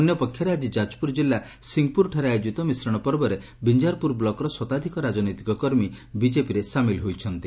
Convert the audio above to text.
ଅନ୍ୟପକ୍ଷରେ ଆଜି ଯାଜପୁର ଜିଲ୍ଲା ସିଂହପୁରଠାରେ ଆୟୋଜିତ ମିଶ୍ରଣ ପର୍ବରେ ବିଞ୍ଞାରପୁର ବ୍ଲକର ଶତାଧିକ ରାଜନୈତିକ କର୍ମୀ ବିଜେପିରେ ସାମିଲ ହୋଇଛନ୍ତି